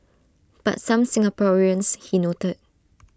but some Singaporeans he noted